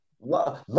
love